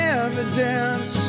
evidence